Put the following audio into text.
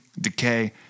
decay